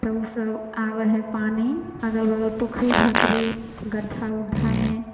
तऽ ओसँ आबै है पानी अगल बगल पोखरि झाँखरी गड्ढ़ा ऊढ्ढामे